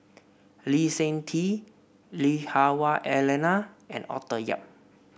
Lee Seng Tee Lui Hah Wah Elena and Arthur Yap